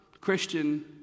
Christian